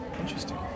Interesting